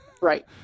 Right